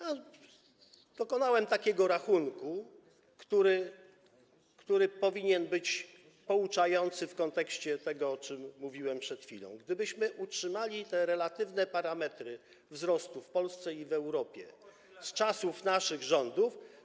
I dokonałem takiego rachunku, który powinien być pouczający w kontekście tego, o czym mówiłem przed chwilą: gdybyśmy utrzymali te relatywne parametry wzrostu w Polsce i w Europie z czasów naszych rządów.